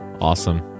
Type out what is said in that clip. Awesome